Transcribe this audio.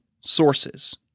sources